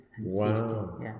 Wow